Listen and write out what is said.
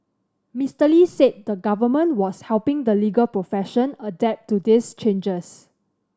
Mister Lee said the Government was helping the legal profession adapt to these changes